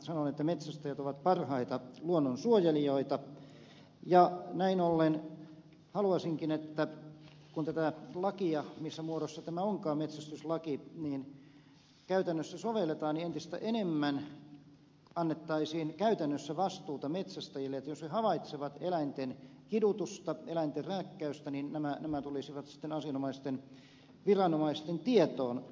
sanon että metsästäjät ovat parhaita luonnonsuojelijoita ja näin ollen haluaisinkin että kun tätä lakia missä muodossa tämä metsästyslaki onkaan käytännössä sovelletaan entistä enemmän annettaisiin käytännössä vastuuta metsästäjille että jos he havaitsevat eläinten kidutusta eläinten rääkkäystä niin nämä tulisivat sitten asianomaisten viranomaisten tietoon